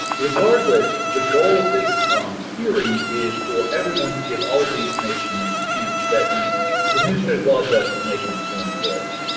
regardless, the goal of this hearing is for everyone to give all of the information they can so that the administrative law judge can make an informed choice.